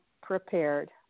prepared